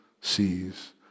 sees